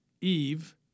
Eve